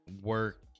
work